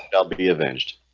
and i'll be avenged